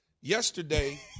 yesterday